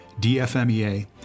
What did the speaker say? DFMEA